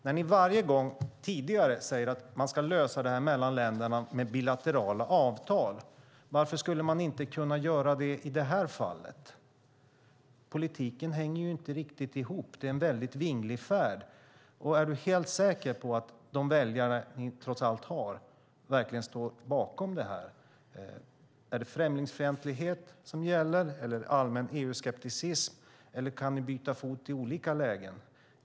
När ni varje gång tidigare har sagt att man ska lösa det här mellan länderna med bilaterala avtal undrar jag: Varför skulle man inte kunna göra det i det här fallet? Politiken hänger inte riktigt ihop. Det är en vinglig färd. Är du helt säker på att de väljare ni trots allt har verkligen står bakom det här? Är det främlingsfientlighet som gäller eller allmän EU-skepticism, eller kan ni byta fot i olika lägen?